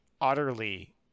utterly